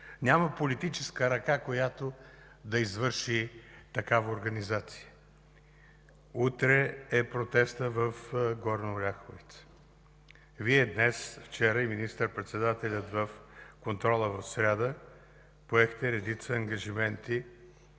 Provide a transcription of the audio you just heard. Няма политическа ръка, която да извърши такава организация. Утре е протестът в Горна Оряховица. Вие днес, вчера и министър-председателят на блиц-контрола в сряда поехте редица ангажименти